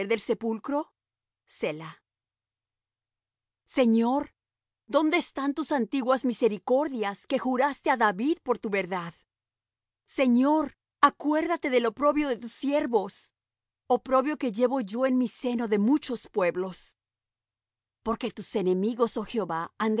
del sepulcro selah señor dónde están tus antiguas misericordias que juraste á david por tu verdad señor acuérdate del oprobio de tus siervos oprobio que llevo yo en mi seno de muchos pueblos porque tus enemigos oh jehová